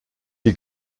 die